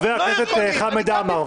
חבר הכנסת חמד עמאר.